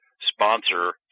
sponsor